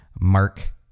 Mark